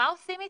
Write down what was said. מה עושים איתם?